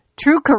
true